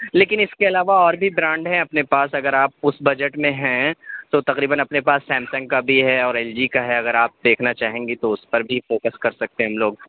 لیکن اس کے علاوہ اور بھی برانڈ ہیں اپنے پاس اگر آپ اس بجٹ میں ہیں تو تقریباً اپنے پاس سیمسنگ کا بھی ہے اور ایل جی کا ہے اگر آپ دیکھنا چاہیں گی تو اس پر بھی فوکس کر سکتے ہیں ہم لوگ